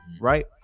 right